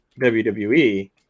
WWE